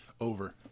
Over